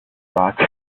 rocks